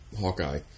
Hawkeye